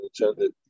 intended